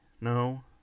No